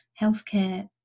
healthcare